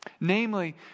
namely